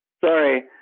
Sorry